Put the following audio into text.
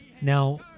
Now